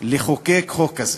לחוקק חוק כזה.